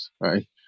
right